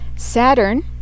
Saturn